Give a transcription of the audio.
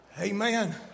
amen